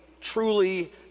truly